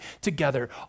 together